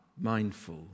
mindful